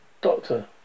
Doctor